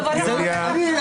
התפטרתי.